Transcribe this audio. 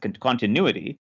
continuity